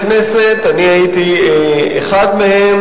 אם את מציעה ואף אחד לא יתנגד,